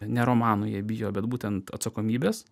ne romanų jie bijo bet būtent atsakomybės